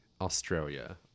australia